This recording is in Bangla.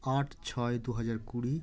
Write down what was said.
আট ছয় দু হাজার কুড়ি